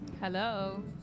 Hello